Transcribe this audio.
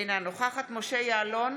אינה נוכחת משה יעלון,